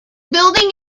building